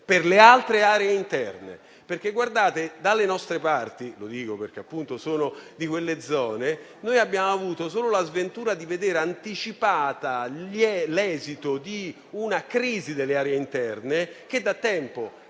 per le altre aree interne. Guardate che dalle nostre parti -lo dico perché sono di quelle zone - abbiamo avuto solo la sventura di vedere anticipato l'esito di una crisi delle aree interne che da tempo